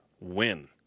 win